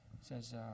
says